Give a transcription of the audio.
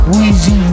Weezy